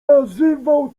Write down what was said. nazywał